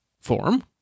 form